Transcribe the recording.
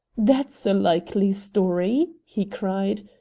that's a likely story! he cried.